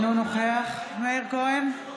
אינו נוכח מאיר כהן,